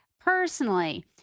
personally